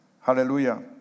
Hallelujah